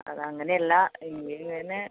അതങ്ങനെയല്ല എങ്കിലും ഇങ്ങനെ